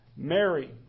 Mary